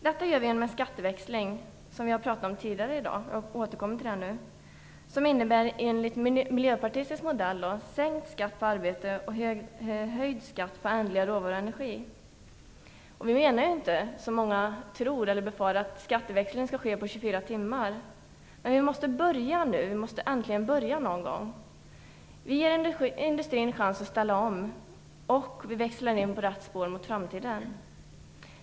Detta gör man med en skatteväxling - vilket tidigare har nämnts här i dag - som enligt miljöpartistisk modell innebär sänkt skatt på arbete och höjd skatt på ändliga råvaror och energi. Som många tror eller befarar menar vi inte att en skatteväxling skall ske på 24 timmar. Men vi måste äntligen börja någon gång. Vi ger industrin chans att ställa om, och vi växlar in på rätt spår mot framtiden.